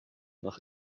nach